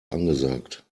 angesagt